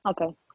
Okay